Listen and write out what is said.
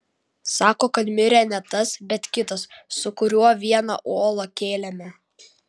sako kad mirė ne tas bet kitas su kuriuo vieną uolą kėlėme